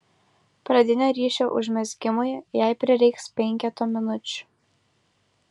pradinio ryšio užmezgimui jai prireiks penketo minučių